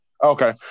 Okay